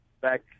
back